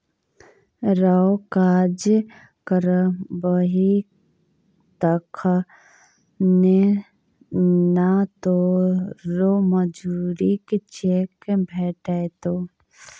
रौ काज करबही तखने न तोरो मजुरीक चेक भेटतौ